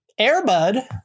Airbud